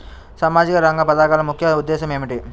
సామాజిక రంగ పథకాల ముఖ్య ఉద్దేశం ఏమిటీ?